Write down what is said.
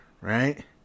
right